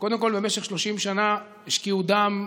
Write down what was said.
שקודם כול במשך 30 שנה השקיעו דם,